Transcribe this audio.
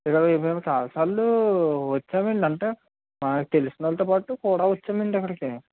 నేను చాలా సార్లూ వచ్చమండి అంటే తెలిసినోళ్లతో పాటు కూడా వచ్చానండి ఇక్కడికి